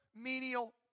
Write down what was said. menial